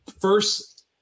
first